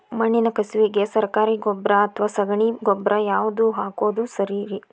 ಮಣ್ಣಿನ ಕಸುವಿಗೆ ಸರಕಾರಿ ಗೊಬ್ಬರ ಅಥವಾ ಸಗಣಿ ಗೊಬ್ಬರ ಯಾವ್ದು ಹಾಕೋದು ಸರೇರಿ?